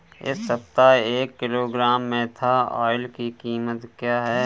इस सप्ताह एक किलोग्राम मेन्था ऑइल की कीमत क्या है?